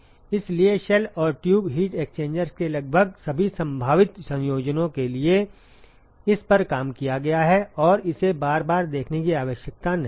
इसलिए शेल और tube heat exchangers के लगभग सभी संभावित संयोजनों के लिए इस पर काम किया गया है और इसे बार बार देखने की आवश्यकता नहीं है